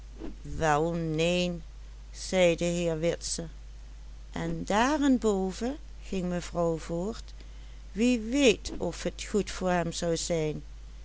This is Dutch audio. mevrouw voort wie weet of het goed voor hem zijn